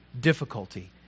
difficulty